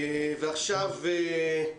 עכשיו רשות